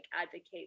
advocate